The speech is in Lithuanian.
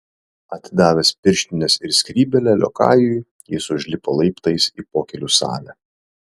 atidavęs pirštines ir skrybėlę liokajui jis užlipo laiptais į pokylių salę